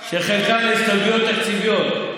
שחלקן הסתייגויות תקציביות,